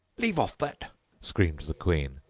leave off that screamed the queen.